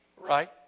Right